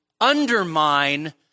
undermine